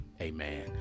amen